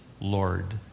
Lord